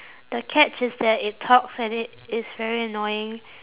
the catch is that it talks and it is very annoying